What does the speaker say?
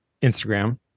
Instagram